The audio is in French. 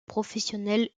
professionnels